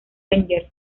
rangers